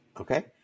Okay